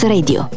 Radio